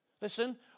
listen